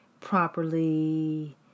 properly